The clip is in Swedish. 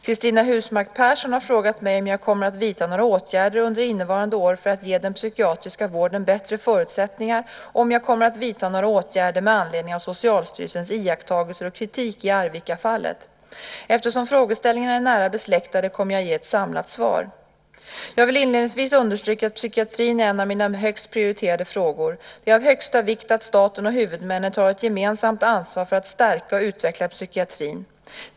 Cristina Husmark Pehrsson har frågat mig om jag kommer att vidta några åtgärder under innevarande år för att ge den psykiatriska vården bättre förutsättningar och om jag kommer att vidta några åtgärder med anledning av Socialstyrelsens iakttagelser och kritik i Arvikafallet. Eftersom frågeställningarna är nära besläktade kommer jag att ge ett samlat svar. Jag vill inledningsvis understryka att psykiatrin är en av mina högst prioriterade frågor. Det är av högsta vikt att staten och huvudmännen tar ett gemensamt ansvar för att stärka och utveckla psykiatrin.